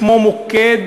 כמו מוקד